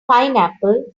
pineapple